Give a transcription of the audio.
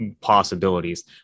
possibilities